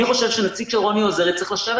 אני חושב שנציג של רוני עוזרי צריך לשבת